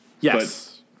Yes